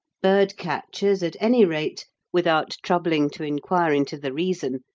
bird-catchers, at any rate, without troubling to inquire into the reason,